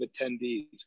attendees